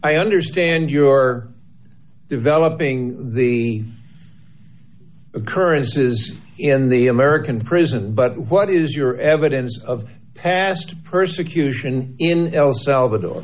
i understand you're developing the occurrences in the american prisons but what is your evidence of past persecution in el salvador